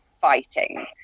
fighting